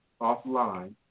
offline